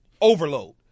overload